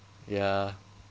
ya